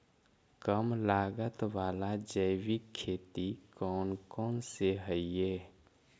कम लागत वाला जैविक खेती कौन कौन से हईय्य?